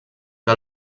que